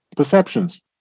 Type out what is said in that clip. perceptions